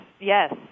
yes